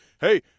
hey